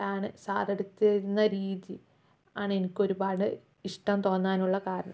ആണ് സാർ എടുത്തിരുന്ന രീതി ആണ് എനിക്ക് ഒരുപാട് ഇഷ്ടം തോന്നാനുള്ള കാരണം